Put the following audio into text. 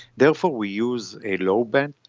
therefore we use a low band,